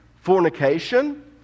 fornication